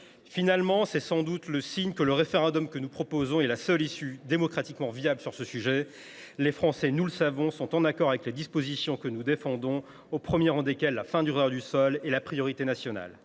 Finalement, tout cela est sans doute le signe que le référendum que nous proposons est la seule issue démocratiquement viable sur ce sujet. Les Français, nous le savons, soutiennent les dispositions que nous défendons, au premier rang desquelles figurent la fin du droit du sol et la priorité nationale.